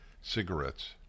cigarettes